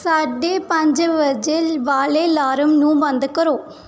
ਸਾਢੇ ਪੰਜ ਵਜੇ ਵਾਲੇ ਲਾਰਮ ਨੂੰ ਬੰਦ ਕਰੋ